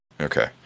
Okay